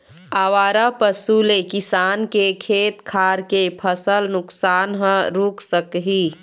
आवारा पशु ले किसान के खेत खार के फसल नुकसान ह रूक सकही